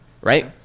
Right